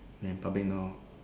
we're in public now